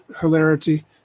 hilarity